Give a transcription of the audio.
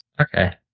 Okay